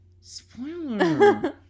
Spoiler